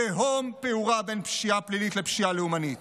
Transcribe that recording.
תהום פעורה בין פשיעה פלילית לפשיעה לאומנית.